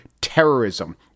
terrorism